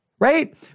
Right